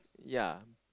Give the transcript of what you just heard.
ya